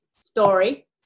story